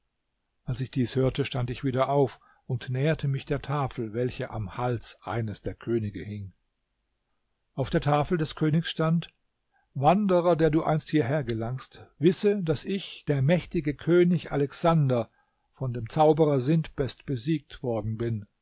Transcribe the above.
als ich dies hörte stand ich wieder auf und näherte mich der tafel welche am hals eines der könige hing auf der tafel des königs stand wanderer der du einst hierher gelangst wisse daß ich der mächtige könig alexander von dem zauberer sintbest besiegt worden bin